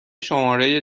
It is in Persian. شماره